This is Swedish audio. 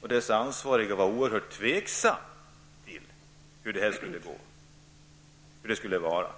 och dess ansvariga var tveksamma till hur det skulle gå.